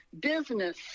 business